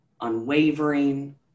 unwavering